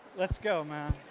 let's go man.